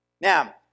Now